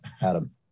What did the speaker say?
Adam